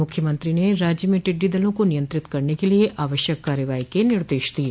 मुख्यमंत्री ने राज्य में टिड़डी दलों को नियंत्रित करने के लिये आवश्यक कार्रवाई के निर्देश दिये